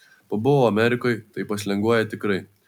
pabuvo amerikoj tai paslenguoja tikrai